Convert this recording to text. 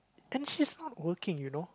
and she's not working you know